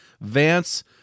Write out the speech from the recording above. Vance